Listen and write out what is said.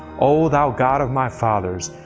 o thou god of my fathers,